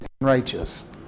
righteous